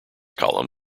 column